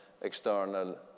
external